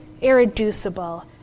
irreducible